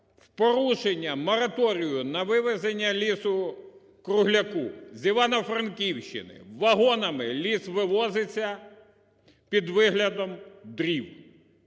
в порушення мораторію на вивезення лісу-кругляку з Івано-Франківщини вагонами ліс вивозиться під виглядом дрів.